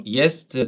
jest